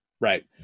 right